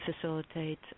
facilitate